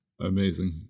amazing